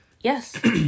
yes